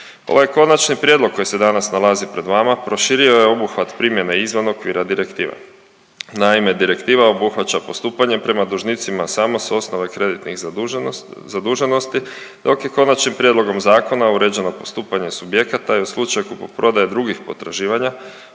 Ovaj konačni prijedlog koji se danas nalazi pred vama proširio je obuhvat primjene izvan okvira direktive. Naime, direktiva obuhvaća postupanje prema dužnicima samo s osnove kreditnih zaduženosti, dok je Konačnim prijedlogom zakona uređeno postupanje subjekata i u slučaju kupoprodaje drugih potraživanja